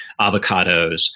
avocados